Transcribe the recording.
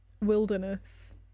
Wilderness